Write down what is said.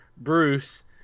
Bruce